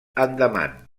andaman